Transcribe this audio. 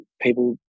people